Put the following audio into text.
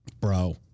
Bro